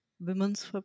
women's